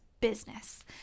business